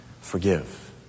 forgive